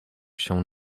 się